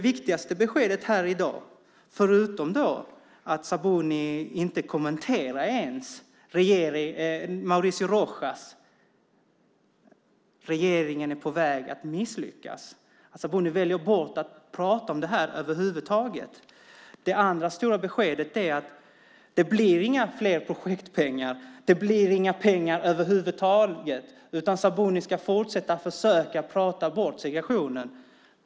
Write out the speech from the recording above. Sabuni väljer att inte ens kommentera det Mauricio Rojas sade om att regeringen är på väg att misslyckas. Det väljer hon bort att tala om över huvud taget. Det andra stora beskedet är att det inte blir några fler projektpengar. Det blir inga pengar över huvud taget. Sabuni ska fortsätta att försöka prata bort segregation.